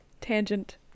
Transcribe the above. Tangent